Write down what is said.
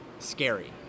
scary